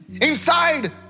inside